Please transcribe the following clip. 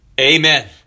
Amen